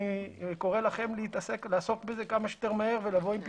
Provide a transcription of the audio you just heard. אני קורא לכם לעסוק בזה כמה שיותר מהר ולבוא עם פתרונות.